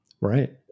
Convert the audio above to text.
Right